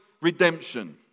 redemption